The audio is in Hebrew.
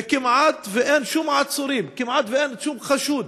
וכמעט ואין שום עצורים, כמעט אין שום חשוד